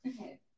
Okay